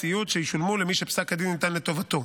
ציות שישולמו למי שפסק הדין ניתן לטובתו.